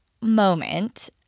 moment